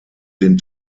den